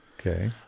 Okay